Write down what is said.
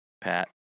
Pat